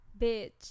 Bitch